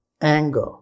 anger